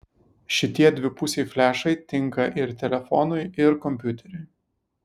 šitie dvipusiai flešai tinka ir telefonui ir kompiuteriui